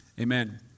Amen